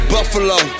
Buffalo